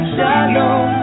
Shalom